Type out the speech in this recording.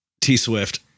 T-Swift